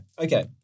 Okay